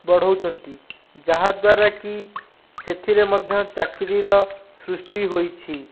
ବଢ଼ାଉଛନ୍ତି ଯାହାଦ୍ୱାରାକି ସେଥିରେ ମଧ୍ୟ ଚାକିରୀର ସୃଷ୍ଟି ହୋଇଛି